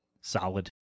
Solid